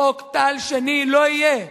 חוק טל שני לא יהיה.